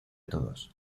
todos